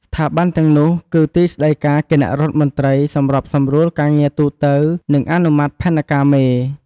ស្ថាប័នទាំងនោះគឺ ទីស្តីការគណៈរដ្ឋមន្ត្រី: សម្របសម្រួលការងារទូទៅ និងអនុម័តផែនការមេ។